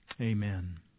amen